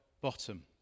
bottom